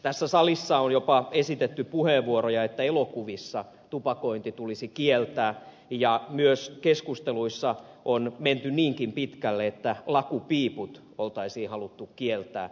tässä salissa on jopa esitetty puheenvuoroja että elokuvissa tupakointi tulisi kieltää ja myös keskusteluissa on menty niinkin pitkälle että lakupiiput olisi haluttu kieltää